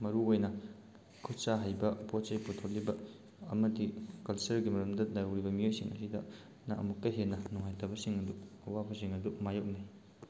ꯃꯔꯨ ꯑꯣꯏꯅ ꯈꯨꯠꯁꯥ ꯍꯩꯕ ꯄꯣꯠꯆꯩ ꯄꯨꯊꯣꯛꯂꯤꯕ ꯑꯃꯗꯤ ꯀꯜꯆꯔꯒꯤ ꯃꯔꯝꯗ ꯇꯧꯔꯤꯕ ꯃꯤꯑꯣꯏꯁꯤꯡ ꯑꯁꯤꯗꯅ ꯑꯃꯨꯛꯀ ꯍꯦꯟꯅ ꯅꯨꯡꯉꯥꯏꯇꯕ ꯁꯤꯡ ꯑꯗꯨ ꯑꯋꯥꯕꯁꯤꯡ ꯑꯗꯨ ꯃꯥꯏꯌꯣꯛꯅꯩ